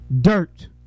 dirt